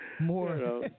more